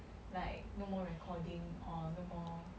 like no more recording or no more